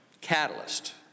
catalyst